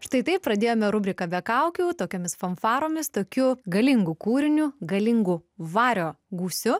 štai taip pradėjome rubriką be kaukių tokiomis fanfaromis tokiu galingu kūriniu galingu vario gūsiu